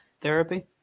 therapy